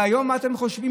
והיום, מה אתם חושבים?